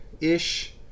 ish